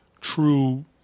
true